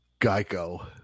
Geico